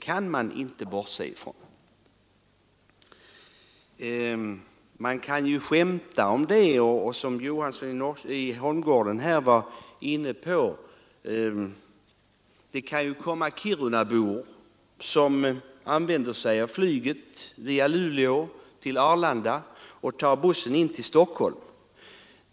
Visserligen kan man skämta om den och som herr Johansson i Holmgården här var inne på tänka sig att det kommer kirunabor som använder sig av flyget via Luleå till Arlanda och sedan tar bussen in till Stockholm.